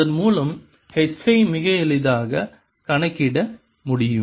அதன் மூலம் H ஐ மிக எளிதாக கணக்கிட முடியும்